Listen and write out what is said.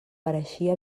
pareixia